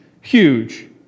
huge